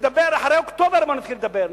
נדבר אחרי אוקטובר, נתחיל לדבר.